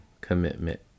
commitment